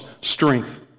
strength